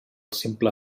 simple